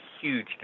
huge